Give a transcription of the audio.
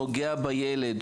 הוא נוגע בילד.